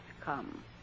come